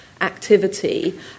activity